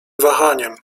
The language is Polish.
wahaniem